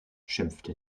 schimpfte